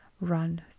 run